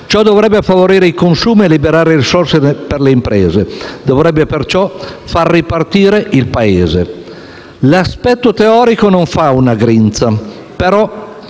Ciò dovrebbe favorire i consumi e liberare risorse per le imprese, dovrebbe perciò far ripartire il Paese. L'aspetto teorico non fa una grinza, ma